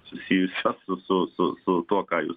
susijusio su su su tuo ką jūs